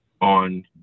on